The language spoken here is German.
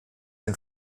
den